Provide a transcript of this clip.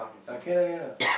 err can ah can ah